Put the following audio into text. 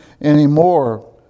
anymore